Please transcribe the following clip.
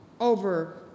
over